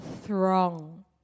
throng